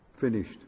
Finished